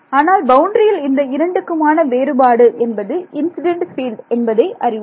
ஆனால் பவுண்டரியில் இந்த இரண்டுக்குமான வேறுபாடு என்பது இன்சிடென்ட் ஃபீல்டு என்பதை அறிவோம்